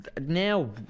now